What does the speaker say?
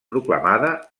proclamada